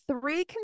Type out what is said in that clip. three